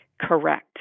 Correct